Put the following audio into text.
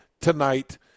tonight